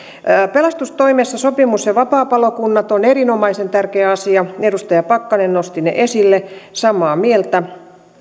pelastustoimessa sopimus ja vapaapalokunnat ovat erinomaisen tärkeä asia edustaja pakkanen nosti ne esille samaa mieltä